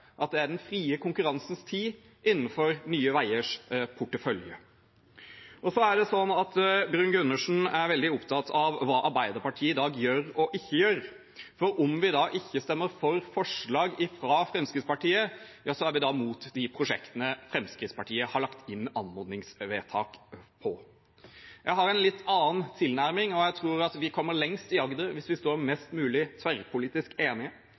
at det er den frie konkurransens tid innenfor Nye Veiers portefølje. Bruun-Gundersen er veldig opptatt av hva Arbeiderpartiet i dag gjør og ikke gjør – for om vi ikke stemmer for forslag fra Fremskrittspartiet, er vi da imot de prosjektene Fremskrittspartiet har lagt inn anmodningsvedtak om. Jeg har en litt annen tilnærming, og jeg tror at vi i Agder kommer lengst hvis vi står mest mulig tverrpolitisk